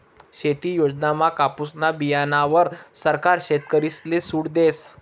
शेती योजनामा कापुसना बीयाणावर सरकार शेतकरीसले सूट देस